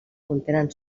contenen